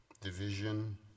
division